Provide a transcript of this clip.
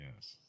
Yes